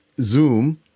Zoom